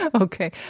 Okay